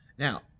Now